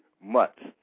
months